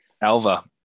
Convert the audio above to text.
Alva